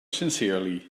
sincerely